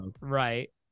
Right